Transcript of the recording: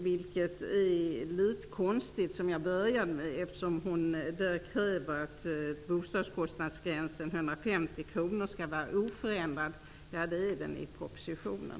Som jag inledningsvis sade är det litet konstigt, eftersom hon kräver att bostadskostnadsgränsen på 150 kr skall förbli oförändrad. Det är vad som också föreslås i propositionen.